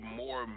more